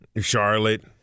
Charlotte